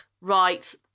Right